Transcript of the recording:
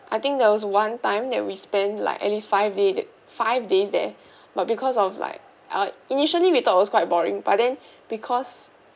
I think there was one time that we spend like at least five day th~ five days there but because of like ah initially we thought was quite boring but then because